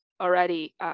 already